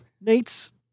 Nate's